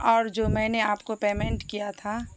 اور جو میں نے آپ کو پیمینٹ کیا تھا